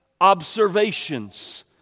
observations